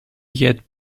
yet